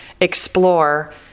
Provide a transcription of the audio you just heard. explore